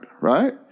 right